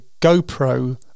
GoPro